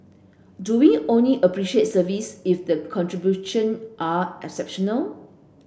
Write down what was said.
do we only appreciate service if the contribution are exceptional